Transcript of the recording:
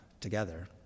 together